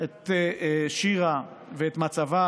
את שירה במצבה,